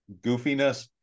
goofiness